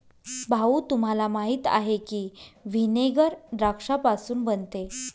भाऊ, तुम्हाला माहीत आहे की व्हिनेगर द्राक्षापासून बनते